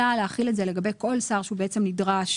אלא להחיל את זה לגבי כל שר שהוא בעצם נדרש,